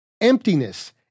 emptiness